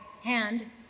hand